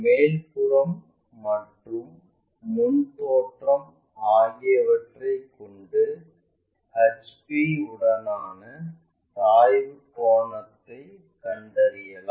மேல்புறம் மற்றும் முன் தோற்றம் ஆகியவற்றைக் கொண்டு HP உடனான சாய்வுக் கோணத்தை கண்டறியலாம்